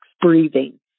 breathing